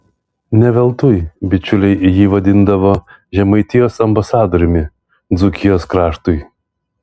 ne veltui bičiuliai jį vadindavo žemaitijos ambasadoriumi dzūkijos kraštui